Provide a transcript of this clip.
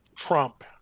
Trump